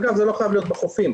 אגב, זה לא חייב להיות בחופים.